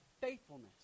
faithfulness